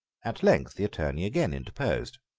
at length the attorney again interposed.